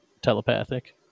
telepathic